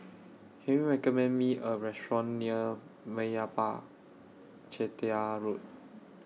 Can YOU recommend Me A Restaurant near Meyappa Chettiar Road